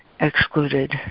excluded